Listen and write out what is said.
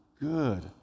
good